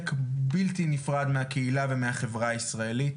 בלתי נפרד מהקהילה ומהחברה הישראלית.